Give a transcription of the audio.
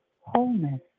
wholeness